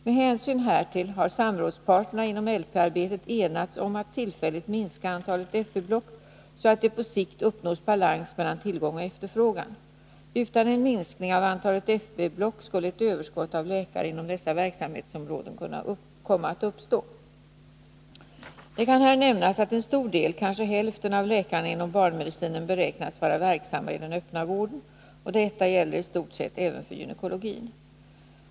Med hänsyn härtill har samrådsparterna inom LP-arbetet enats om att tillfälligt minska antalet FV-block så att det på sikt uppnås balans mellan tillgång och efterfrågan. Utan en minskning av antalet FV-block skulle ett överskott av läkare inom dessa verksamhetsområden komma att uppstå. Det kan här nämnas att en stor del — kanske hälften — av läkarna inom barnmedicinen beräknas vara verksamma i den öppna vården. Detta gäller i stort sett även för gynekologin.